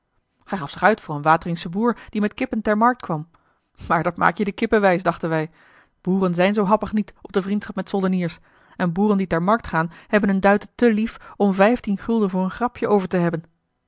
hij gaf zich uit voor een wateringschen boer die met kippen ter markt kwam maar dat maak je de kippen wijs dachten wij boeren zijn zoo happig niet op de vriendschap a l g bosboom-toussaint de delftsche wonderdokter eel met soldeniers en boeren die ter markt gaan hebben hun duiten te lief om vijftien gulden voor een grapje over te hebben